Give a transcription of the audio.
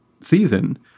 season